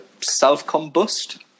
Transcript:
self-combust